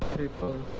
people